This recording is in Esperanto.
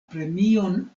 premion